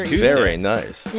very nice. yeah